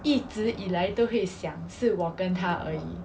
一直以来都会想是我跟她而已